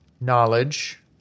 knowledge